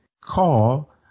call